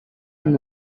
and